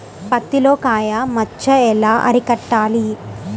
పత్తిలో కాయ మచ్చ ఎలా అరికట్టాలి?